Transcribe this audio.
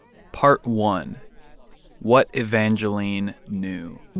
part one what evangeline knew